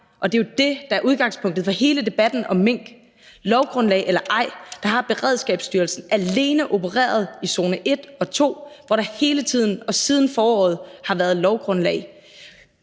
og det er jo det, der er udgangspunktet for hele debatten om mink. Der har Beredskabsstyrelsen alene opereret i zone 1 og 2, hvor der hele tiden og siden foråret har været lovgrundlag.